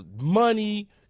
money